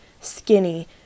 skinny